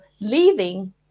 leaving